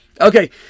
Okay